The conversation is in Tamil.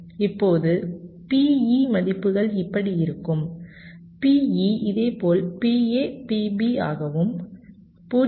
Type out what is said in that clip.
இப்போது PE மதிப்புகள் இப்படி இருக்கும் PE இதேபோல் PA PB ஆகவும் 0